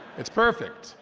it's perfect.